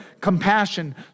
compassion